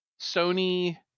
Sony